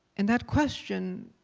and that question